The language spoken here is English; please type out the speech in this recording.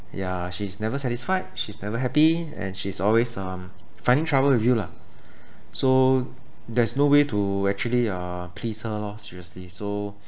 ya she's never satisfied she's never happy and she's always um finding trouble with you lah so there's no way to actually uh please her lor seriously so